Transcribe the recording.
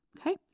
Okay